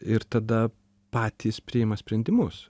ir tada patys priima sprendimus